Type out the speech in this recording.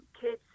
Kids